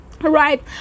right